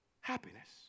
happiness